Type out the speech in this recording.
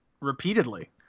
repeatedly